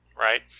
right